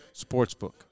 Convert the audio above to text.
Sportsbook